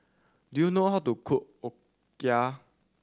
do you know how to cook Okayu